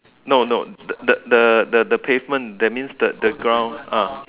no no the the the the pavement that means the the ground ah